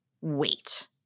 wait